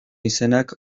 izenak